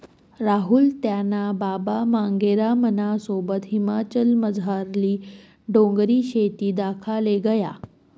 राहुल त्याना बाबा मांगेरामना सोबत हिमाचलमझारली डोंगरनी शेती दखाले गया